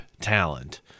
talent